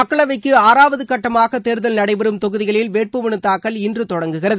மக்களவைக்கு ஆறாவது கட்டமாக தேர்தல் நடைபெறும் தொகுதிகளில் வேட்பு மனு தாக்கல் இன்று தொடங்குகிறது